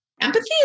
Empathy